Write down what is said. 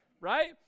right